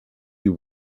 you